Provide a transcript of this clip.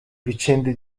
vicende